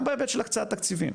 גם בהיבט של הקצאת תקציבים.